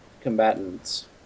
combatants